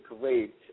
great